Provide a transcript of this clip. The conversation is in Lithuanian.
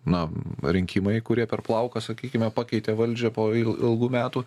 na rinkimai kurie per plauką sakykime pakeitė valdžią po il ilgų metų